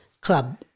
club